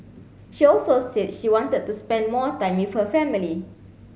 she also said she wanted to spend more time with her family